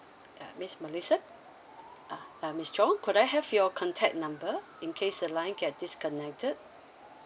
uh miss melissa uh miss chong could I have your contact number in case the line get disconnected